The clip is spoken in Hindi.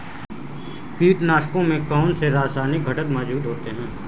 कीटनाशकों में कौनसे रासायनिक घटक मौजूद होते हैं?